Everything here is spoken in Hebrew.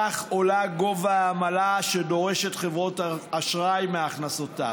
כך עולה גובה העמלה שדורשות חברות האשראי מהכנסותיו.